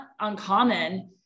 uncommon